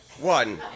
one